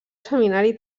seminari